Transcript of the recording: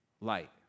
light